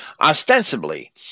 Ostensibly